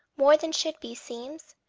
more than should be, seems,